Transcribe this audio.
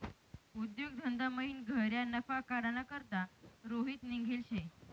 उद्योग धंदामयीन गह्यरा नफा काढाना करता रोहित निंघेल शे